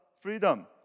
freedom